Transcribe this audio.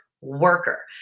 worker